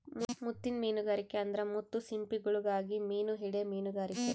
ಮುತ್ತಿನ್ ಮೀನುಗಾರಿಕೆ ಅಂದ್ರ ಮುತ್ತು ಸಿಂಪಿಗುಳುಗಾಗಿ ಮೀನು ಹಿಡೇ ಮೀನುಗಾರಿಕೆ